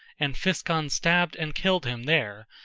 and physcon stabbed and killed him there,